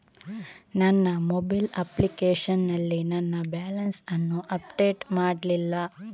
ನನ್ನ mobile application ನಲ್ಲಿ ನನ್ನ ಬ್ಯಾಲೆನ್ಸ್ ಅನ್ನು ಅಪ್ಡೇಟ್ ಮಾಡ್ಲಿಲ್ಲ